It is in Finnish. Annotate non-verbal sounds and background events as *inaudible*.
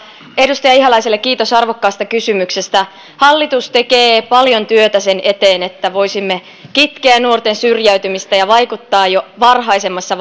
edustaja ihalaiselle kiitos arvokkaasta kysymyksestä hallitus tekee paljon työtä sen eteen että voisimme kitkeä nuorten syrjäytymistä vaikuttaa jo varhaisemmassa *unintelligible*